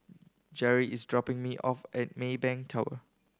Gerri is dropping me off at Maybank Tower